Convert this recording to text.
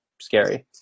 scary